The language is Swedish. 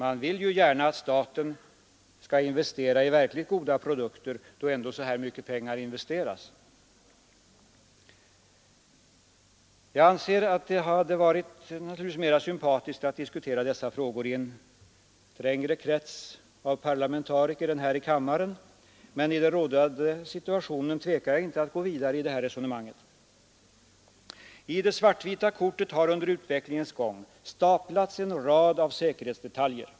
Vi vill ju gärna att staten skall investera i verkligt goda produkter, när ändå så här mycket pengar investeras. Jag anser att det hade varit mycket mera sympatiskt att diskutera dessa frågor i en trängre krets av parlamentariker än här i kammaren, men i den rådande situationen tvekar jag inte att gå vidare i resonemanget. I det svart-vita kortet har under utvecklingens gång staplats en rad av säkerhetsdetaljer.